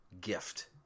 gift